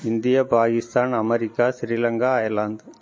India Pakistan America Sri Lanka Ireland